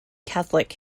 catholic